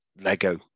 Lego